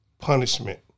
punishment